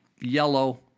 yellow